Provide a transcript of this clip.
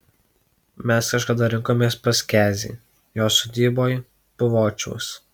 mes kažkada rinkomės pas kezį jo sodyboj puvočiuos